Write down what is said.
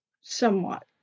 somewhat